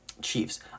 chiefs